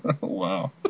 Wow